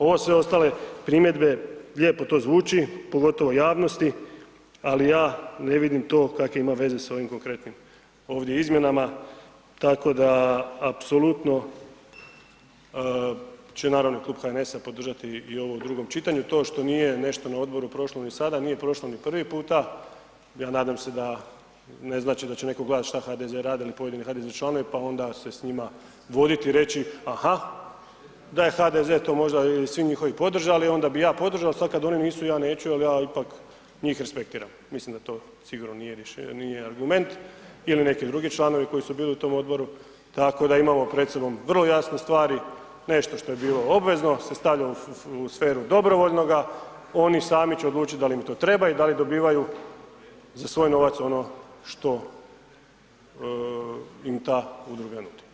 Ovo sve ostale primjedbe, lijepo to zvuči, pogotovo u javnosti, ali ja ne vidim to kakve ima veze s ovim konkretnim ovdje izmjenama, tako da apsolutno će naravno Klub HNS-a podržati i ovo u drugom čitanju, to što nije nešto na odboru prošlo ni sada, nije prošlo ni prvi puta, ja nadam se da ne znači da će netko gledat šta HDZ radi ili pojedini HDZ članovi, pa onda se s njima voditi i reći aha da je HDZ to možda i svi njihovi podržali, onda bi ja podržao, sad kad oni nisu, ja neću jel ja ipak njih respektiram, mislim da to sigurno nije rješenje, nije argument ili neki drugi članovi koji su bili u tom odboru, tako da imamo pred sobom vrlo jasne stvari, nešto što je bilo obvezno se stavlja u sferu dobrovoljnoga, oni sami će odlučit dal im to treba i da li dobivaju za svoj novac ono što im ta udruga nudi.